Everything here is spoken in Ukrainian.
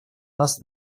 нас